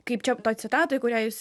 kaip čia toj citatoj kurią jūs